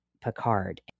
Picard